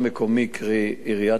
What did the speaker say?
קרי עיריית תל-אביב,